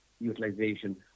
utilization